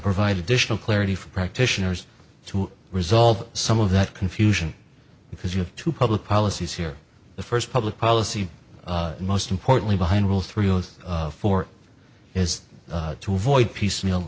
provide additional clarity for practitioners to resolve some of that confusion because you have to public policies here the first public policy most importantly behind rules three and four is to avoid piecemeal